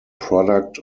product